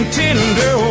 tender